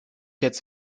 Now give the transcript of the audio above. jetzt